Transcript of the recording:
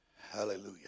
hallelujah